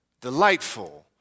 delightful